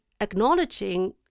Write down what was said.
acknowledging